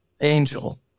angel